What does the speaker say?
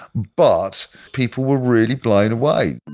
but people were really blown away